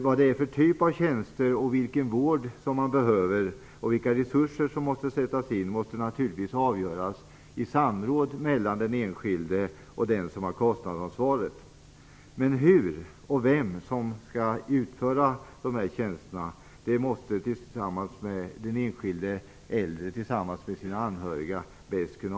Vad det är för typ av tjänster och vård man behöver och vilka resurser som måste sättas in måste naturligtvis avgöras i samråd mellan den enskilde och den som har kostnadsansvaret, men hur och vem som skall utföra de tjänsterna måste den enskilde bäst kunna avgöra själv tillsammans med sina anhöriga.